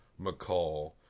McCall